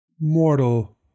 mortal